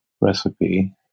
recipe